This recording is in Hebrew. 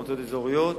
מועצות אזוריות,